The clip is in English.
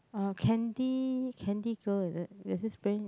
a candy candy girl is it there's this brand